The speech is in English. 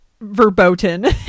verboten